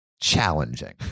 challenging